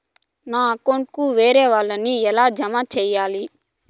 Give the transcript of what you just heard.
నా అకౌంట్ కు వేరే వాళ్ళ ని ఎలా జామ సేయాలి?